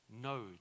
no